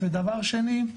ודבר שני,